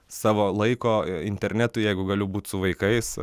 savo laiko internetui jeigu galiu būt su vaikais